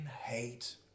hate